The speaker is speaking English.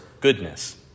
goodness